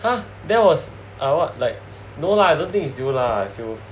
!huh! that was uh what like no lah I don't think is you lah you